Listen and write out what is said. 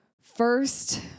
First